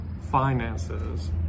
finances